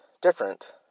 different